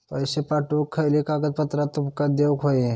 पैशे पाठवुक खयली कागदपत्रा तुमका देऊक व्हयी?